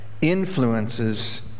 influences